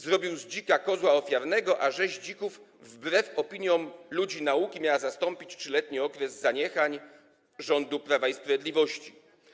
Zrobił z dzika kozła ofiarnego, a rzeź dzików wbrew opiniom ludzi nauki miała zastąpić trzyletni okres zaniechań rządu Prawa i Sprawiedliwości.